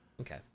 Okay